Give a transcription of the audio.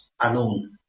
alone